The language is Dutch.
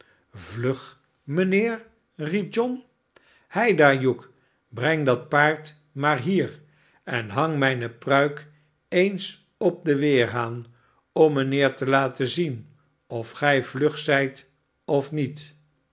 vlug mijnheer riep john sheidaar hugh breng dat paard maar hier en hang mijne pruik eens op den weerhaan om mijnheer te laten zien of gij vlug zijt of niet